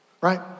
right